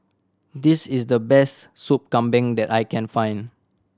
this is the best Soup Kambing that I can find